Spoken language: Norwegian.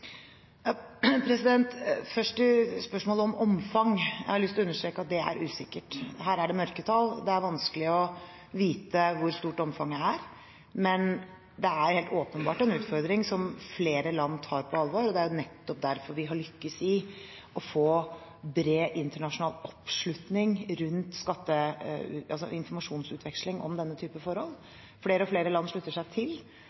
Først til spørsmålet om omfang: Jeg har lyst til å understreke at det er usikkert. Her er det mørketall, det er vanskelig å vite hvor stort omfanget er, men det er helt åpenbart en utfordring som flere land tar på alvor. Det er nettopp derfor vi har lyktes i å få bred internasjonal oppslutning rundt informasjonsutveksling om denne typen forhold. Flere og flere land slutter seg til,